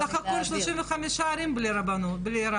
סך הכול 35 ערים בלי רב עיר,